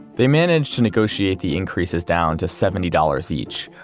they managed to negotiate the increases down to seventy dollars each,